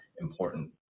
important